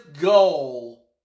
goal